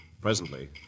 presently